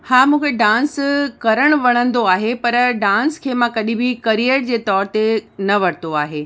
हा मूंखे डांस करणु वणंदो आहे पर डांस खे मां कॾहिं बि करियर जे तौर ते न वरितो आहे